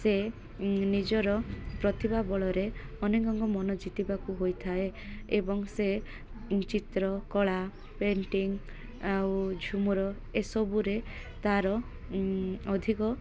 ସେ ନିଜର ପ୍ରତିଭା ବଳରେ ଅନେକଙ୍କ ମନ ଜିିତିବାକୁ ହୋଇଥାଏ ଏବଂ ସେ ଚିତ୍ର କଳା ପେଣ୍ଟିଂ ଆଉ ଝୁମୁର ଏସବୁରେ ତା'ର ଅଧିକ